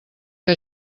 que